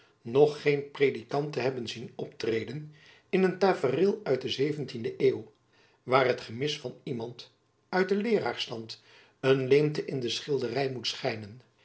nog geen predikant te hebben zien optreden in een tafereel uit de zeventiende eeuw waar het gemis van iemand uit den leeraarsstand een leemte in de schildery moet schijnen